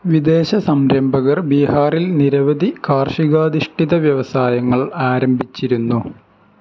വിദേശ സംരംഭകർ ബീഹാറിൽ നിരവധി കാർഷികാധിഷ്ഠിത വ്യവസായങ്ങൾ ആരംഭിച്ചിരുന്നു